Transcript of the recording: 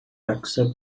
accept